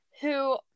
who-